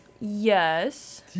Yes